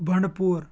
Bandipore